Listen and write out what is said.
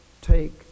take